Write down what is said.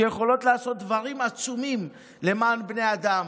שיכולות לעשות דברים עצומים למען בני אדם,